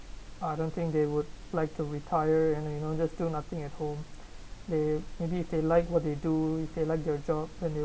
I don't think they would like to retire and uh you know just do nothing at home they maybe they like what they do they like their job and they